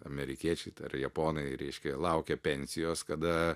amerikiečiai tai ar japonai reiškia laukia pensijos kada